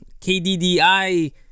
KDDI